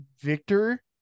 victor